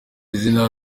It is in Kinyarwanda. izina